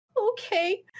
Okay